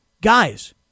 guys